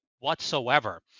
whatsoever